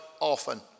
often